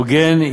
הוגן,